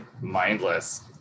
mindless